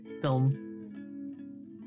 film